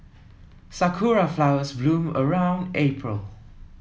sakura flowers bloom around April